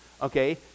Okay